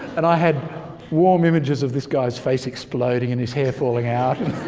and i had warm images of this guy's face exploding and his hair falling out. and